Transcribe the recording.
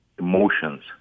emotions